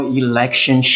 election